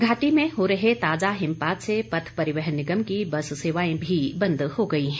घाटी में हो रहे ताजा हिमपात से पथ परिवहन निगम की बस सेवाएं भी बंद हो गई हैं